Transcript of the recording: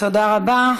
תודה רבה.